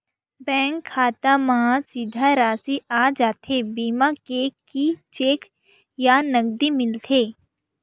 Bank खाता मा सीधा राशि आ जाथे बीमा के कि चेक या नकदी मिलथे?